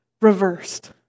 reversed